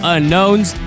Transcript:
Unknowns